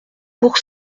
pour